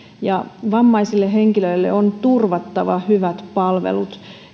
vammaisille henkilöille on turvattava hyvät palvelut